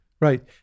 Right